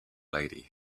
lady